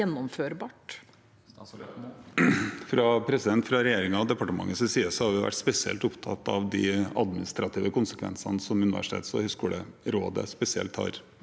Fra regjering- en og departementets side har vi vært spesielt opptatt av de administrative konsekvensene som Universitetsog høgskolerådet, spesielt, har